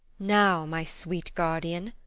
now, my sweet guardian!